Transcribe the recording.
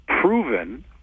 proven